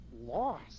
lost